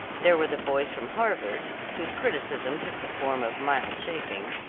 there were the boys from harvard, whose criticism took the form of mild chaffing,